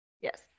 Yes